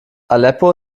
aleppo